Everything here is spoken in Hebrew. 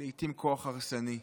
ולעיתים כוח הרסני.